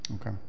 Okay